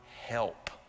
help